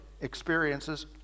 experiences